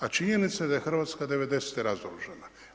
A činjenica je da je Hrvatska 90-te razoružana.